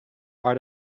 art